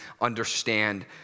understand